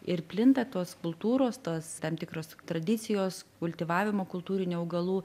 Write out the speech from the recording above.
ir plinta tos kultūros tos tam tikros tradicijos kultivavimo kultūrinių augalų